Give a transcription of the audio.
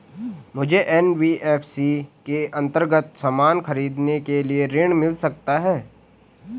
मुझे एन.बी.एफ.सी के अन्तर्गत सामान खरीदने के लिए ऋण मिल सकता है?